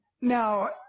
Now